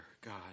God